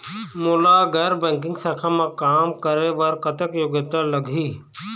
मोला गैर बैंकिंग शाखा मा काम करे बर कतक योग्यता लगही?